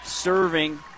Serving